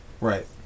Right